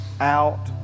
out